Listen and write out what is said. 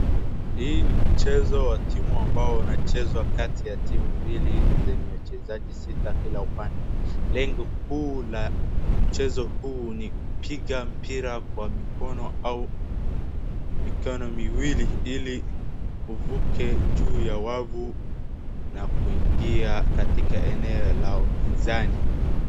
Hii ni mchezo wa timu ambao unachezwa kati ya timu mbili zenye watu sita kila upande. Lengo kuu la mchezo huu ni kupiga mpira kwa mikono, au mikono miwili ili uvuke juu wavu na kuingia katika eneo la upinzani.